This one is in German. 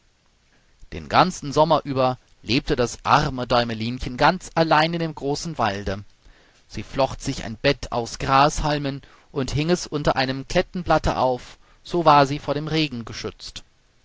den ganzen sommer über lebte das arme däumelinchen ganz allein in dem großen walde sie flocht sich ein bett aus grashalmen und hing es unter einem klettenblatte auf so war sie vor dem regen geschützt